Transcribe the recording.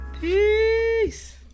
Peace